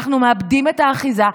אנחנו מאבדים את האחיזה.